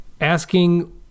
asking